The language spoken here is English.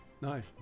Nice